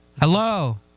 Hello